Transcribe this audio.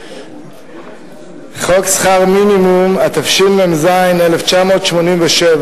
חוק שכר מינימום, התשמ"ז 1987,